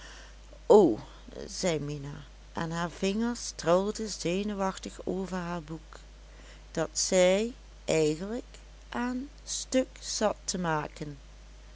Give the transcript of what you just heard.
o zei mina en haar vingers trilden zenuwachtig over haar boek dat zij eigenlijk aan stuk zat te maken